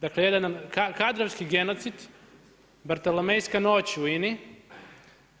Dakle, jedan kadrovski genocid, bartolomejska noć u INA-a.